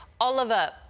Oliver